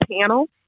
panel